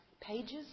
pages